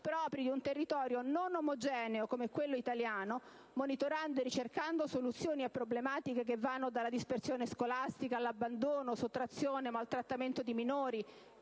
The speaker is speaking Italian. propri di un territorio non omogeneo come quello italiano, monitorando e ricercando soluzioni a problematiche che vanno dalla dispersione scolastica, all'abbandono, sottrazione e maltrattamento di minori,